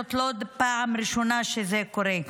וזאת לא הפעם הראשונה שזה קורה.